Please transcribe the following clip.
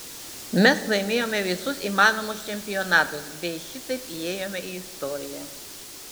mes laimėjome visus įmanomus čempionatus bei šitaip įėjome į istoriją